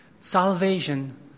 salvation